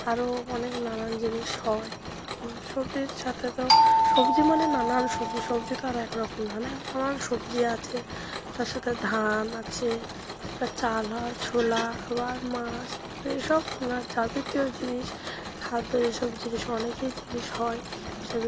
আরও অনেক নানান জিনিস হয় সবজির সাথে তো সবজি মানে নানান সবজি সবজি তো আর একরকম নানা নানান সবজি আছে তার সাথে ধান আছে সেটা চাল হয় ছোলা আবার মাছ এসব না যাবিতীয় জিনিস খাদ্য যেসব জিনিস অনেকই জিনিস হয়